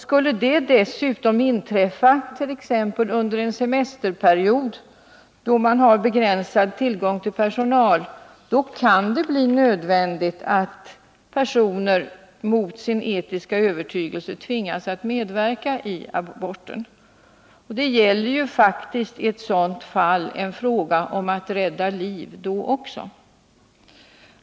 Skulle den försämringen dessutom inträffa under en semesterperiod, då man har begränsad tillgång till personal, kan det bli nödvändigt att personer mot sin etiska övertygelse tvingas medverka i aborten. Det gäller faktiskt i ett sådant fall att rädda liv då också.